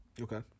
okay